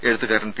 എഴുത്തുകാരൻ പി